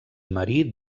marí